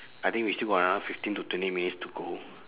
I think we still got another fifteen to twenty minutes to go